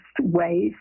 ways